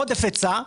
בעודף היצע,